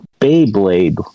Beyblade